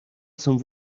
some